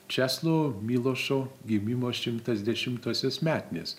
česlovo milošo gimimo šimtas dešimtosios metinės